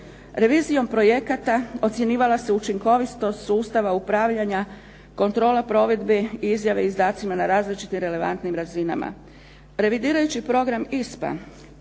Revizijom projekata ocjenjivala se učinkovitost sustava upravljanja, kontrola provedbi, izjave izdacima na različitim relevantnim razinama.